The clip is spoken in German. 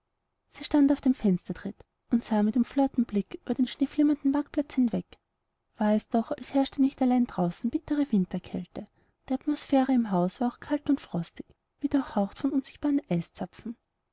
sie stand auf dem fenstertritt und sah mit umflortem blick über den schneeflimmernden marktplatz hinweg war es doch als herrsche nicht allein draußen bittere winterkälte die atmosphäre im hause war auch kalt und frostig wie durchhaucht von unsichtbaren eiszapfen